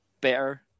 better